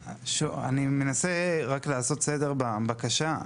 אני מנסה רק לעשות סדר בבקשה.